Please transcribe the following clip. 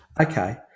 Okay